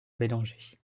bellanger